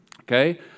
Okay